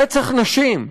רצח נשים,